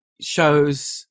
shows